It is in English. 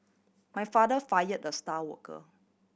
my father fire the star worker